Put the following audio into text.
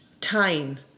time